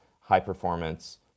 high-performance